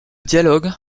dialogue